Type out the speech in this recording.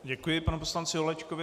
Děkuji panu poslanci Holečkovi.